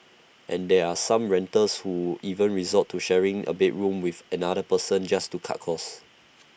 and there are some renters who even resort to sharing A bedroom with another person just to cut costs